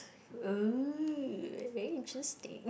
uh very interesting